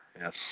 yes